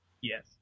Yes